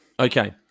Okay